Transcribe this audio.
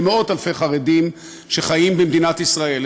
למאות-אלפי חרדים שחיים במדינת ישראל,